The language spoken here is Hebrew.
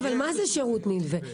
מה זה שירות נלווה?